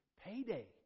payday